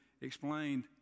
explained